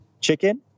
chicken